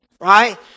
Right